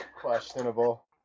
Questionable